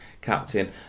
captain